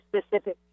specific